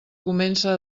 comença